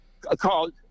called